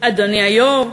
אדוני היושב-ראש,